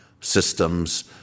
systems